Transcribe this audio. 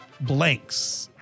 blanks